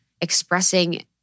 expressing